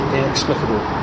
inexplicable